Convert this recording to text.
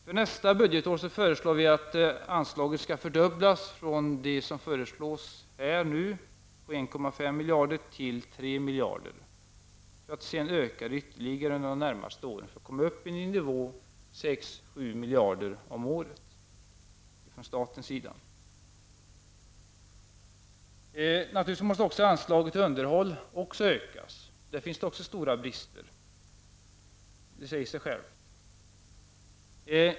Miljöpartiet föreslår att anslaget för nästa budgetår skall fördubblas i förhållande till det regeringen nu föreslår, dvs. från 1,5 miljarder kronor till 3 miljarder kronor, för att sedan öka ytterligare under de närmaste åren för att komma upp på en nivå om 6 à 7 miljarder kronor från staten om året. Naturligtvis måste också anslaget till underhåll ökas. Där finns också stora brister. Det säger sig självt.